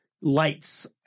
lights